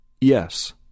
Yes